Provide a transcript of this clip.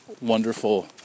wonderful